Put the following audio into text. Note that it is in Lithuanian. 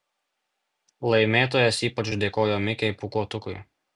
laimėtojas ypač dėkojo mikei pūkuotukui